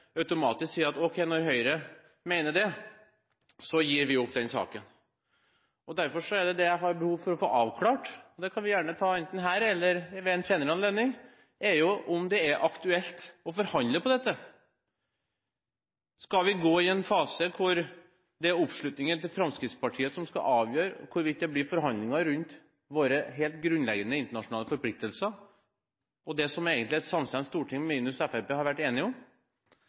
automatisk sier: ok, når Høyre mener det, så gir vi opp den saken. Det jeg har behov for å få avklart – det kan vi gjerne ta enten her eller ved en senere anledning – er om det er aktuelt å forhandle om dette. Skal vi gå inn i en fase der oppslutningen til Fremskrittspartiet skal avgjøre hvorvidt det blir forhandlinger rundt våre helt grunnleggende internasjonale forpliktelser – det som egentlig et samstemt storting, minus Fremskrittspartiet, har vært enige om